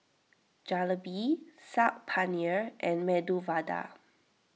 Jalebi Saag Paneer and Medu Vada